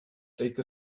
take